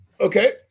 Okay